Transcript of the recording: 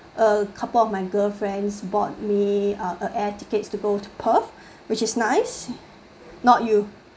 a couple of my girlfriends bought me uh a air tickets to go to perth which is nice not you